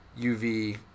UV